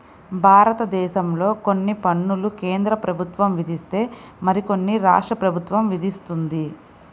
భారతదేశంలో కొన్ని పన్నులు కేంద్ర ప్రభుత్వం విధిస్తే మరికొన్ని రాష్ట్ర ప్రభుత్వం విధిస్తుంది